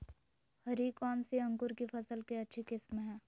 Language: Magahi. हरी कौन सी अंकुर की फसल के अच्छी किस्म है?